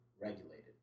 regulated